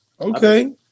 okay